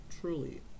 Truly